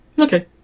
Okay